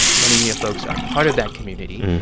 many mena folks are part of that community.